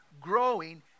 growing